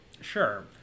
sure